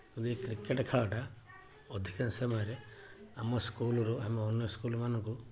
cricket ଖେଳଟା ଅଧିକା ସମୟରେ ଆମ ସ୍କୁଲ୍ରୁ ଆମେ ଅନ୍ୟ ସ୍କୁଲ୍ ମାନଙ୍କୁ